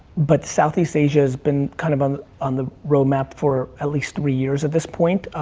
but southeast asia has been kind of on on the roadmap for at least three years at this point.